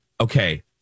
okay